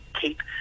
keep